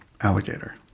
alligator